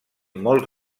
molts